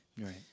right